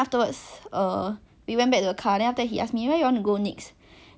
okay I think I was just in a very bad mood ah